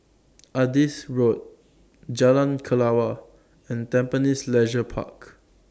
Adis Road Jalan Kelawar and Tampines Leisure Park